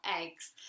eggs